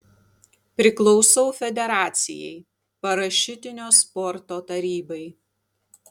priklausau federacijai parašiutinio sporto tarybai